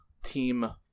team